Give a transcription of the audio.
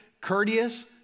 courteous